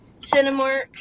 Cinemark